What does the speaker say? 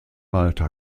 malta